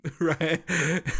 Right